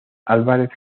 álvarez